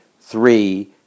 Three